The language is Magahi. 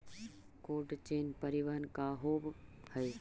कोल्ड चेन परिवहन का होव हइ?